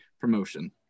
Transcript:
promotion